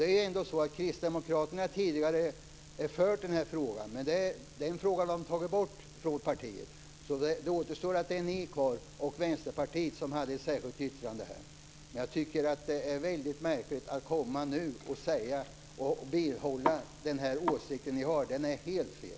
Det är ändå så att kristdemokraterna tidigare har drivit den här frågan, men de har tagit bort den. Det är ni och Vänsterpartiet, som hade ett särskilt yttrande, kvar här. Jag tycker att det är väldigt märkligt att komma nu och vidhålla den åsikt som ni har. Den är helt fel.